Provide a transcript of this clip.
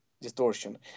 distortion